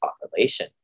population